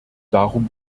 darum